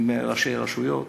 עם ראשי רשויות,